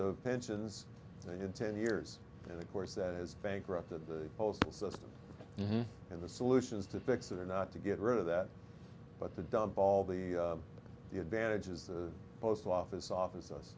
of pensions in ten years and of course that is bankrupt the postal system and the solutions to fix it or not to get rid of that but the dump all the advantages the post office office